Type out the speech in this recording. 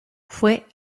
fue